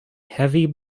heavy